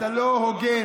אתה לא הוגן.